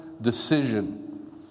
decision